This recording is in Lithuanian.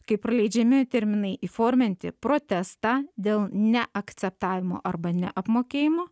kai praleidžiami terminai įforminti protestą dėl neakceptavimo arba neapmokėjimo